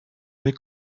mes